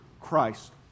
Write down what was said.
Christ